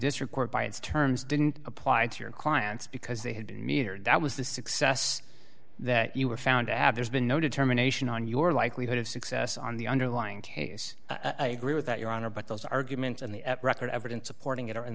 district court by its terms didn't apply to your clients because they had been metered that was the success that you were found to have there's been no determination on your likelihood of success on the underlying case and agree with that your honor but those arguments and the record evidence supporting it